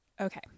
Okay